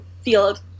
field